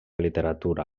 literatura